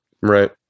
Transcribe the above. Right